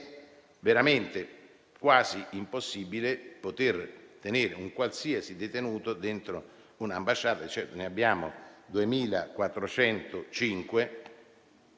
veramente quasi impossibile tenere un qualsiasi detenuto all'interno di un'ambasciata; ne abbiamo 2.405